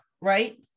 Right